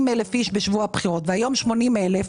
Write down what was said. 40,000 איש בשבוע בחירות והיום 80,000,